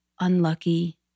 unlucky